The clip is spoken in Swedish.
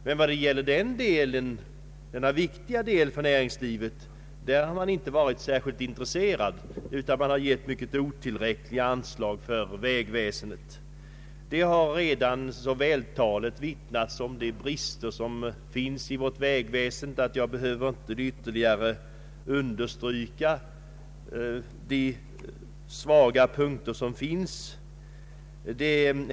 Men när det gäller denna för näringslivet viktiga del visar man inte något särskilt intresse, utan man har gett mycket otillräckliga anslag till vägväsendet. Det har redan så vältaligt vittnats om de brister som finns i vårt vägväsende att jag inte behöver ytterligare understryka de svaga punkterna där.